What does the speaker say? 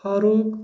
Farooq